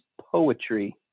poetry